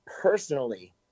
Personally